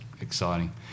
exciting